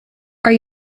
are